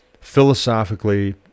philosophically